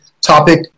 topic